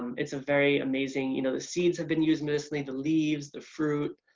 it's a very amazing. you know the seeds have been used, mostly the leaves, the fruit